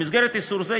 במסגרת איסור זה,